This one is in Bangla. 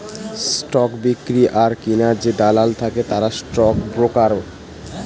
স্টক বিক্রি আর কিনার যে দালাল থাকে তারা স্টক ব্রোকার